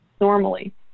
normally